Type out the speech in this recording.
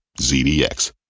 ZDX